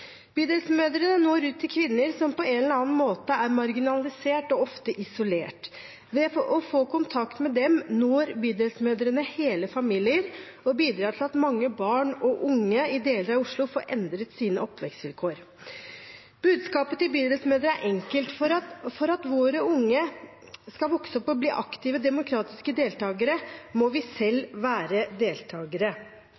Bydelsmødre når ut til kvinner som på en eller annen måte er marginalisert og ofte isolert. Ved å få kontakt med dem når Bydelsmødre hele familier og bidrar til at mange barn og unge i deler av Oslo får endret sine oppvekstvilkår. Budskapet til Bydelsmødre er enkelt: For at våre unge skal vokse opp og bli aktive, demokratiske deltakere, må vi selv